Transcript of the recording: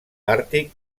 àrtic